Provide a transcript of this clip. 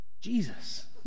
Jesus